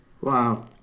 Wow